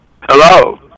Hello